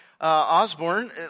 Osborne